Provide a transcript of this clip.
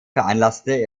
veranlasste